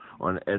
on